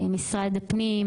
משרד הפנים,